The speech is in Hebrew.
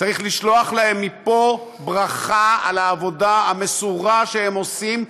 צריך לשלוח להם מפה ברכה על העבודה המסורה שהם עושים,